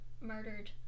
murdered